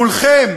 מולכם,